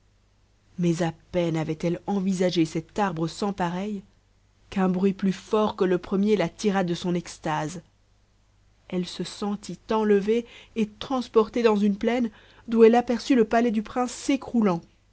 mais à peine avait-elle envisagé cet arbre sans pareil qu'un bruit plus fort que le premier la tira de son extase elle se sentit enlever et transporter dans une plaine d'où elle aperçut le palais du prince s'écroulant